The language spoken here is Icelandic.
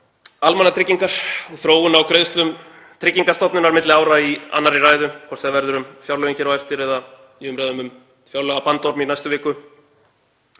almannatryggingar og þróun á greiðslum Tryggingastofnunar milli ára í annarri ræðu, hvort sem það verður um fjárlögin hér á eftir eða í umræðum um fjárlagabandorminn í næstu viku.